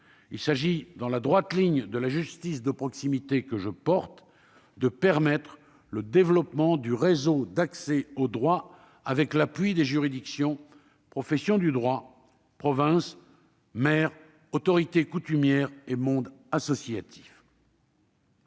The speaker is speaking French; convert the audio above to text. Il s'agit, dans la droite ligne de la justice de proximité que je défends, de permettre le développement du réseau d'accès au droit avec l'appui des juridictions, professions du droit, provinces, maires, autorités coutumières et monde associatif.